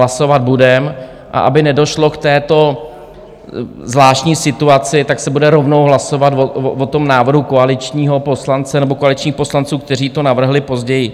A aby nedošlo k této zvláštní situaci, tak se bude rovnou hlasovat o tom návrhu koaličního poslance nebo koaličních poslanců, kteří to navrhli později.